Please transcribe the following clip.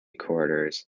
quarters